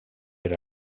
per